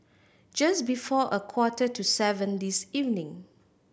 just before a quarter to seven this evening